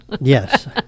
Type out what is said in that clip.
Yes